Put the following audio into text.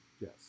Yes